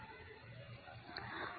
બંને પાસે એનોડ છે બંને પાસે કેથોડ છે